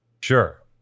Sure